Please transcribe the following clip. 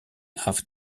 have